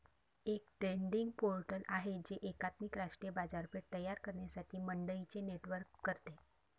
एक trading portal आहे जे एकात्मिक राष्ट्रीय बाजारपेठ तयार करण्यासाठी मंडईंचे नेटवर्क करते